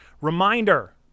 Reminder